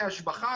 השבחה,